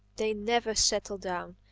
they never settle down.